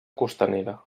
costanera